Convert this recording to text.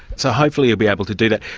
so hopefully you'll be able to do that.